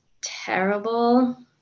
terrible